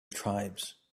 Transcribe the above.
tribes